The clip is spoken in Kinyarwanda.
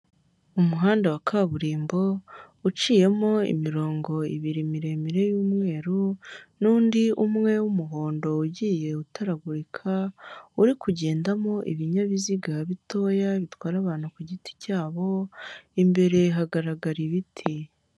Umuhanda wa kaburimbo uciyemo imirongo ibiri miremire y'umweru n'undi umwe w'umuhondo ugiye utaragurika uri kugendamo ibinyabiziga bitoya bitwara abantu ku giti cyabo, imbere hagaragara ibiti.